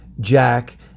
jack